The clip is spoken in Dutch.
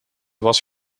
was